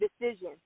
decision